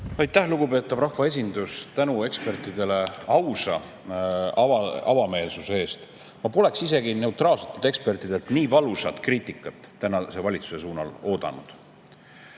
Aitäh, lugupeetav rahvaesindus! Tänu ekspertidele aususe ja avameelsuse eest! Ma poleks neutraalsetelt ekspertidelt nii valusat kriitikat tänase valitsuse suunal isegi oodanud.